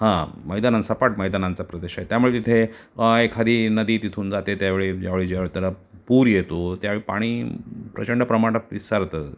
हा मैदानं सपाट मैदानांचा प्रदेश आहे त्यामुळे तिथे एखादी नदी तिथून जाते त्यावेळी ज्यावेळी ज्यावेळी त्याला पूर येतो त्यावेळी पाणी प्रचंड प्रमाणात पसरतं